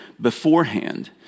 beforehand